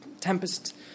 tempest